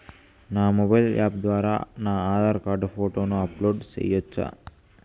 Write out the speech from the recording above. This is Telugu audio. నా మొబైల్ యాప్ ద్వారా నా ఆధార్ కార్డు ఫోటోను అప్లోడ్ సేయొచ్చా?